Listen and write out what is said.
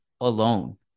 alone